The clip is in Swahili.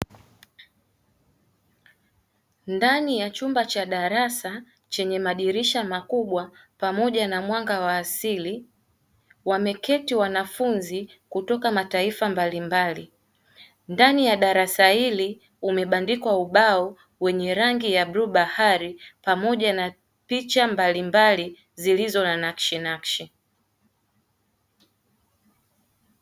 Ndani ya chumba cha darasa, chenye madirisha makubwa pamoja na mwanga wa asili, wameketi wanafunzi kutoka mataifa mbalimbali. Ndani ya darasa hili umebandikwa ubao wenye rangi ya bluu bahari pamoja na picha mbalimbali zilizo na nakshi nakshi.